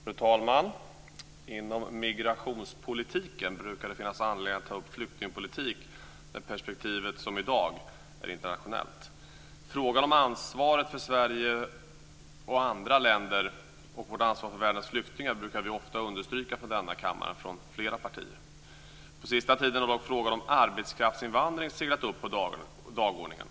Fru talman! Inom migrationspolitiken brukar det finnas anledning att ta upp flyktingpolitiken när perspektivet, som i dag, är internationellt. Frågan om Sveriges och andra länders ansvar för världens flyktingar brukar flera partier ofta understryka från denna kammare. På sista tiden har dock frågan om arbetskraftsinvandring seglat upp på dagordningen.